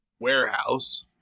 warehouse